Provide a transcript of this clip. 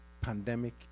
pandemic